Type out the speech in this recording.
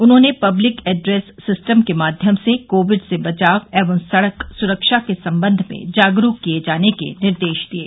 उन्होंने public address system के माध्यम से कोविड से बचाव एवं सड़क सुरक्षा के सम्बन्ध में जागरूक किये जाने के निर्देश दिये